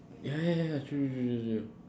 ya ya ya ya true true true true true